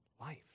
life